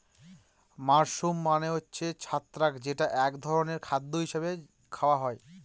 mushroom মানে হচ্ছে ছত্রাক যেটা এক ধরনের খাদ্য হিসাবে খাওয়া হয়